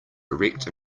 erect